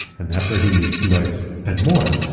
and that's where he meets noyce and moore.